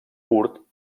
curt